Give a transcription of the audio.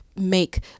make